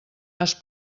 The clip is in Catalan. has